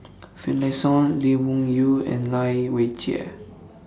Finlayson Lee Wung Yew and Lai Weijie